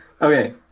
Okay